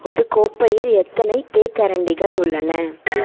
ஒரு கோப்பையில் எத்தனை தேக்கரண்டிகள் உள்ளன